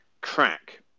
crack